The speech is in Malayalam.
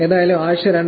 എന്തായാലും ആഴ്ച 2